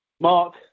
Mark